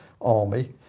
army